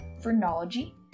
phrenology